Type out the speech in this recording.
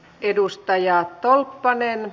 edustaja tolppanen